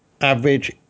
Average